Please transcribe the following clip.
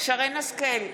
שרן מרים השכל,